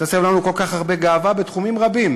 שתסב לנו כל כך הרבה גאווה בתחומים רבים,